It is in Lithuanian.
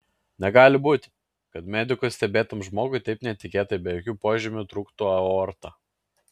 negali būti kad medikų stebėtam žmogui taip netikėtai be jokių požymių trūktų aorta